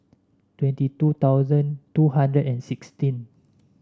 twenty two thousand two hundred and sixteen